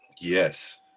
yes